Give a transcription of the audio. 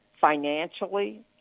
financially